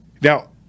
Now